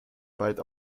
bald